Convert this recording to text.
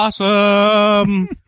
awesome